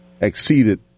exceeded